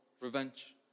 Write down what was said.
revenge